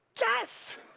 Yes